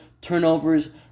turnovers